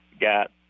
got